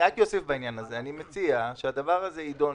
מציע שהדבר הזה יידון.